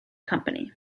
company